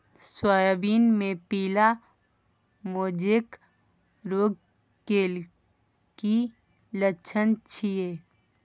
Soybean मे पीली mosaic रोग के की लक्षण छीये?